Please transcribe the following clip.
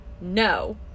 no